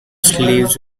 slaves